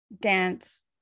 dance